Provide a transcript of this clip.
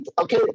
okay